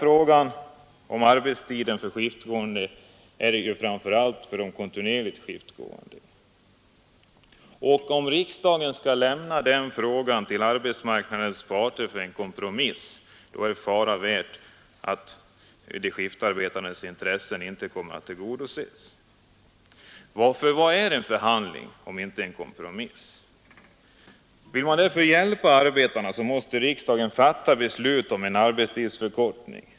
Frågan om arbetstiden för skiftgående är ju speciellt viktig för de kontinuerligt skiftgående, och om riksdagen skall lämna den frågan till arbetsmarknadens parter för en kompromiss är det fara värt att de skiftarbetandes intressen inte kommer att tillgodoses - för vad är en förhandling om inte en kompromiss! Vill man hjälpa arbetarna måste riksdagen därför fatta beslut om en arbetstidsförkortning.